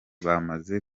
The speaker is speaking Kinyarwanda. bamaze